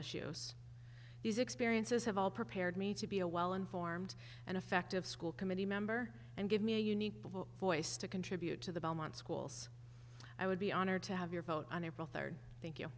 issues these experiences have all prepared me to be a well informed and effective school committee member and give me a unique voice to contribute to the belmont schools i would be honored to have your vote on april third thank you